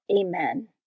Amen